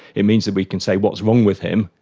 it means that we can say what's wrong with him,